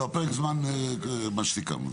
לא, פרק זמן - מה שסיכמנו.